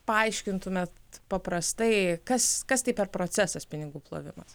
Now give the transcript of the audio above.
paaiškintumėt paprastai kas kas tai per procesas pinigų plovimas